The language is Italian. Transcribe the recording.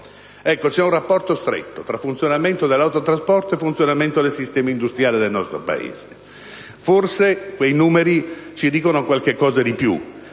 lo stretto rapporto che c'è tra funzionamento dell'autotrasporto e funzionamento del sistema industriale del nostro Paese. Forse quei numeri ci dicono qualcosa di più: